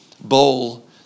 bowl